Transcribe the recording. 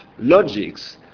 logics